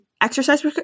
exercise